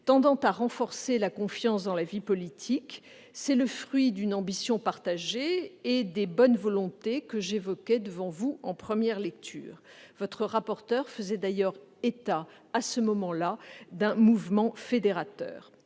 tendant à renforcer la confiance dans la vie politique. C'est le fruit d'une ambition partagée et des bonnes volontés que j'évoquais devant vous en première lecture. Votre rapporteur faisait d'ailleurs état, à ce moment-là, d'un mouvement fédérateur.